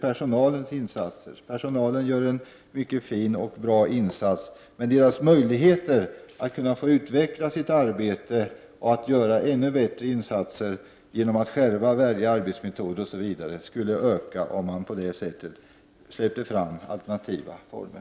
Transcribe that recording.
Personalen gör en mycket fin och bra insats, men dess möjlighet att utveckla sitt arbete och att göra ännu bättre insatser genom att själv välja arbetsmetod skulle öka om man släppte fram alternativa former.